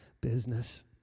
business